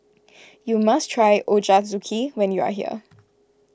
you must try Ochazuke when you are here